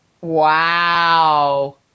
Wow